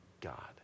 God